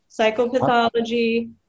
psychopathology